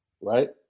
right